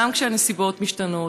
גם כשהנסיבות משתנות,